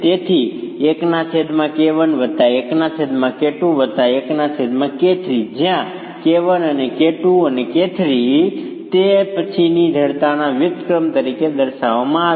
તેથી K1 અને K2 અને K3 ને પછી જડતાના વ્યુત્ક્રમ તરીકે દર્શાવવામાં આવે છે